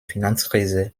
finanzkrise